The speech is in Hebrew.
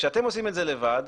כשאתם עושים את זה לבד,